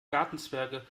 gartenzwerge